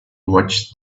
watched